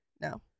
No